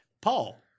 Paul